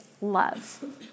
love